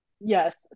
Yes